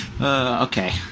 Okay